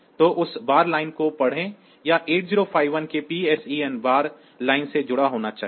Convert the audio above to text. तो उस bar line को पढ़ें यह 8051 के PSEN बार लाइन से जुड़ा होना चाहिए